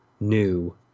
new